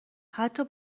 حتی